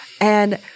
And-